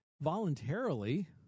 voluntarily